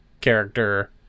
character